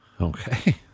Okay